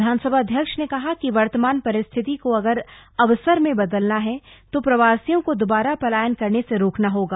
विधानसभा अध्यक्ष ने कहा कि वर्तमान परिस्थिति को अगर अवसर में बदलना हैतो प्रवासियों को दोबारा पलायन करने से रोकना होगा